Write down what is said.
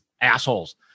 assholes